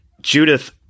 Judith